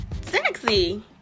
sexy